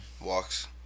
Walks